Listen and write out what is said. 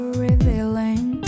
revealing